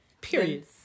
Period